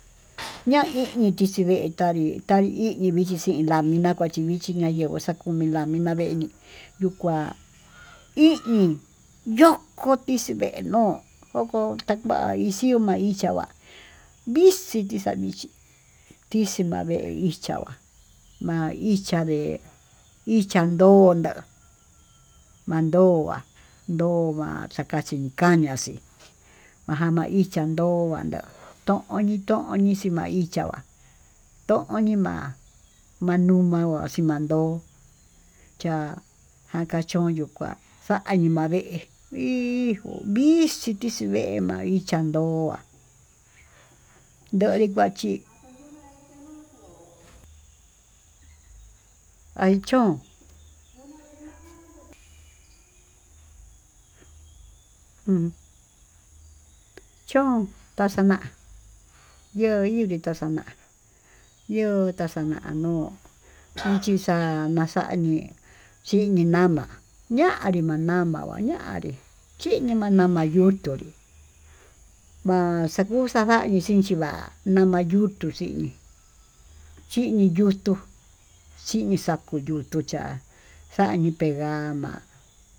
Ña'a ini tixhii vee tanrí, tainrí vixhii xhi'lá nanina na'a kuachí vichí nayenguó xakuminá vina'a vee nii, yuu kuá iñii yoko'o tuxhii ve'e no'ó ho taya'a vixuu ña'a ichía va'á vi'íxi nixa xichí, tixhii ma'a vee vixhiá nguá ma'a ichá ndé ichan ndo'ona mando'á ndo'o ma'a xakachí nii kaniá axii maján ma'a icha'a ndó andee to'ón, toñii toñii xima'a icha'a va'á tonii ma'a manuma maxii mandó cha'a njakachón yo'ó kuá xayuma vee hii vixhí tichí vee ma'a, maichan ndo'a ndorí kuá chí ha'í chón um chón taxana'a yo'o yunritá xa'a na'á yo'o taxana nuu inchí xa'a na'a, xañii chinki nama'á, ñanrí ma'a nama'a vañanrí chini mañama nuu tunrí ma'a xakuu xandavixhí, ichima'a mañayutu chínii chinii yutuu chini xakuu yutuu ya'á xañii pengama'a.